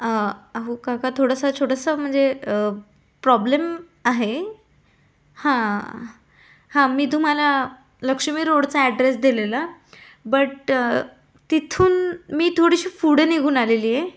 अहो का थोडंसं छोटंसं म्हणजे प्रॉब्लेम आहे हां हां मी तुम्हाला लक्ष्मी रोडचा ॲड्रेस दिलेला बट तिथून मी थोडीशी पुढं निघून आलेली आहे